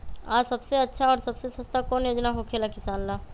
आ सबसे अच्छा और सबसे सस्ता कौन योजना होखेला किसान ला?